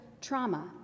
trauma